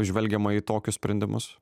žvelgiama į tokius sprendimus